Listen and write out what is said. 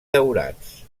daurats